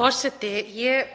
Forseti. Ég